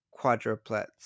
quadruplets